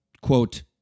quote